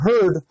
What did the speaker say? heard